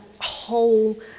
whole